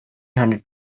hundred